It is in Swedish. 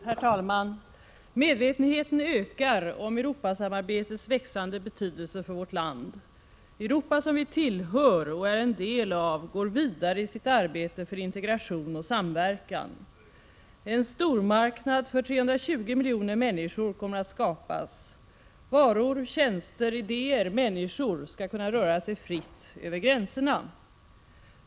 Herr talman! Medvetenheten ökar om Europasamarbetets växande betydelse för vårt land. Europa som vi tillhör och är en del av går vidare i sitt arbete för integration och samverkan. En stormarknad för 320 miljoner människor kommer att skapas. Varor, tjänster, idéer och människor skall kunna röra sig fritt över gränserna.